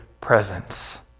presence